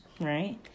Right